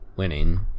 winning